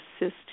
assist